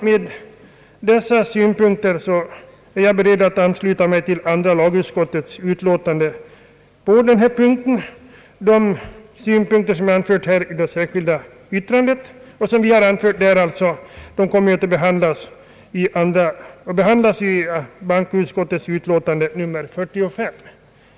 Med dessa synpunkter är jag beredd att ansluta mig till andra lagutskottets utlåtande på denna punkt. De synpunkter som vi anfört i det särskilda yttrandet återfinns även i bankoutskottets utlåtande nr 45.